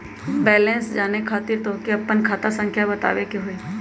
Balance जाने खातिर तोह के आपन खाता संख्या बतावे के होइ?